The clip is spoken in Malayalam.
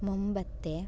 മുൻപത്തെ